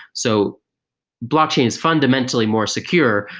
so blockchain is fundamentally more secure,